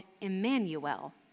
Emmanuel